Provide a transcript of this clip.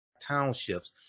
townships